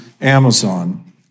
Amazon